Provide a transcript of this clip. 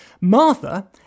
Martha